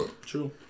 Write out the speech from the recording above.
True